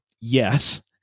Yes